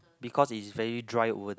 because it is very dry over there